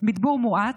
מדבור מואץ,